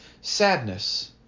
sadness